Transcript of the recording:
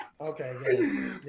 Okay